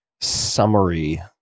summary